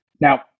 Now